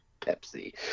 Pepsi